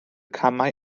camau